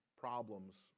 problems